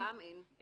אף פעם אין.